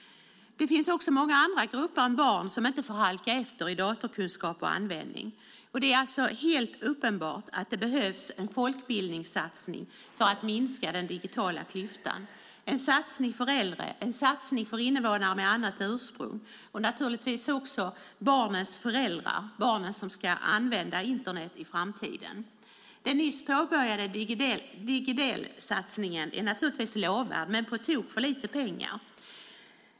Det finns också många andra grupper av barn som inte får halka efter i datorkunskap och användning. Det är alltså helt uppenbart att det behövs en folkbildningssatsning för att minska den digitala klyftan, en satsning för äldre, en satsning för invånare med annat ursprung, naturligtvis också för barnens föräldrar och för barnen som ska använda Internet i framtiden. Den nyss påbörjade Digidelsatsningen är naturligtvis lovvärd, men det är på tok för lite pengar.